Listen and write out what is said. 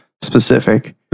specific